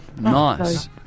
Nice